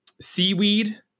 Seaweed